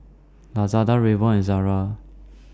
Lazada Revlon and Zara